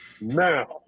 Now